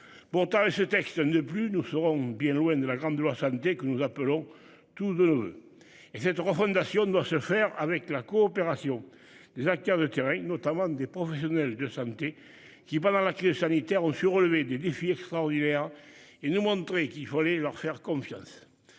Bon temps ce texte ne plus nous serons bien loin de la grande loi santé que nous appelons tous de. Cette refondation doit se faire avec la coopération des acteurs de terrain, notamment des professionnels de santé qui pendant la crise sanitaire ont su relever des défis extraordinaires et nous montrer qu'il fallait leur faire confiance.